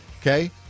Okay